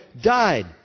died